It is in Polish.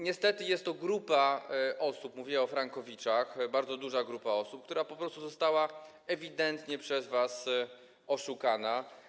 Niestety jest to grupa osób, mówię o frankowiczach, bardzo duża grupa osób, która po prostu została ewidentnie przez was oszukana.